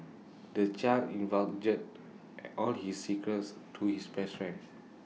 the child divulged all his secrets to his best friend